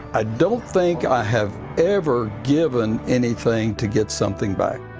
i don't think i have ever given anything to get something back.